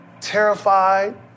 terrified